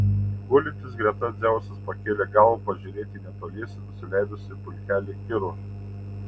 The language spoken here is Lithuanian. gulintis greta dzeusas pakėlė galvą pažiūrėti į netoliese nusileidusį pulkelį kirų